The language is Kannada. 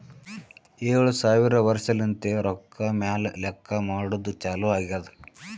ಏಳು ಸಾವಿರ ವರ್ಷಲಿಂತೆ ರೊಕ್ಕಾ ಮ್ಯಾಲ ಲೆಕ್ಕಾ ಮಾಡದ್ದು ಚಾಲು ಆಗ್ಯಾದ್